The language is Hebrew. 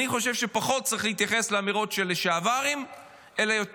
אני חושב שפחות צריך להתייחס לאמירות של לשעברים ויותר